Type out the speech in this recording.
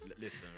Listen